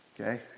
Okay